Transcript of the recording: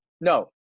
no